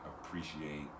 appreciate